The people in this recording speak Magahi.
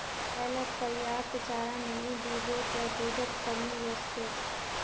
गाय लाक पर्याप्त चारा नइ दीबो त दूधत कमी वस तोक